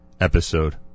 episode